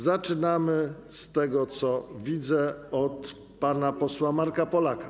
Zaczynamy, z tego, co widzę, od pana posła Marka Polaka.